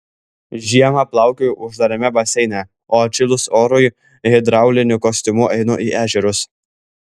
žiemą plaukioju uždarame baseine o atšilus orui su hidrauliniu kostiumu einu į ežerus